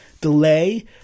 delay